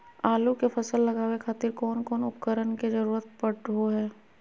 आलू के फसल लगावे खातिर कौन कौन उपकरण के जरूरत पढ़ो हाय?